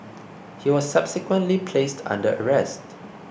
he was subsequently placed under arrest